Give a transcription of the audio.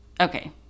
okay